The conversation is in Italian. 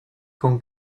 con